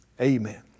amen